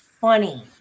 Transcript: funny